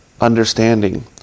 understanding